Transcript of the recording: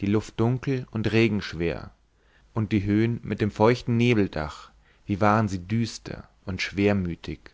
die luft dunkel und regenschwer und die höhen mit dem feuchten nebeldach wie waren sie düster und schwermütig